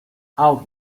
out